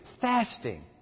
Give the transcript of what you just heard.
Fasting